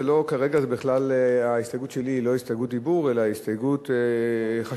כרגע ההסתייגות שלי היא לא הסתייגות דיבור אלא הסתייגות חשובה,